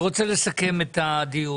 אני רוצה לסכם את הדיון.